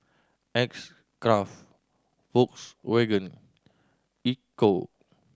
X Craft Volkswagen Ecco